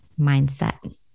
mindset